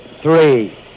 three